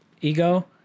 ego